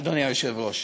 אדוני היושב-ראש.